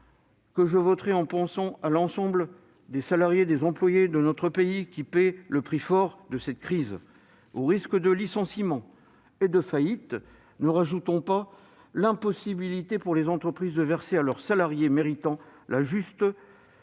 que je voterai en pensant à l'ensemble des salariés, des employés de notre pays qui paient au prix fort cette crise. Aux risques de licenciements et de faillites, ne rajoutons pas l'impossibilité pour les entreprises de verser à leurs salariés méritants la juste rémunération